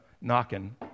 knocking